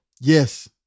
Yes